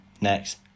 next